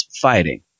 fighting